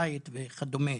בית וכדומה.